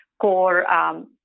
core –